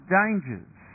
dangers